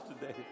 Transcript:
today